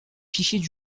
fichiers